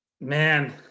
Man